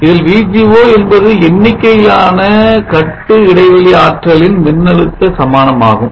இதில் VGO என்பது எண்ணிக்கையிலான கட்டு இடைவெளி ஆற்றலின் மின்னழுத்த சமானமாகும்